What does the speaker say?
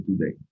today